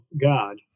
God